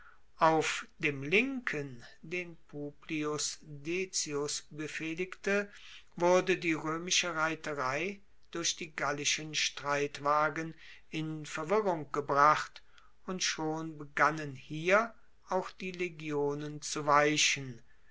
auf dem linken den publius decius befehligte wurde die roemische reiterei durch die gallischen streitwagen in verwirrung gebracht und schon begannen hier auch die legionen zu weichen